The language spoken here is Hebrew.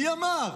מי אמר?